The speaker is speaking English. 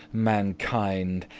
mankinde,